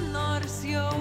nors jau